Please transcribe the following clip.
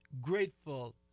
Grateful